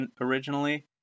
originally